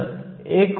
हे 0